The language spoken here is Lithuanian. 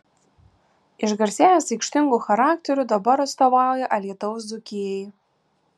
išgarsėjęs aikštingu charakteriu dabar atstovauja alytaus dzūkijai